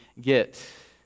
get